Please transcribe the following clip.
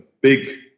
big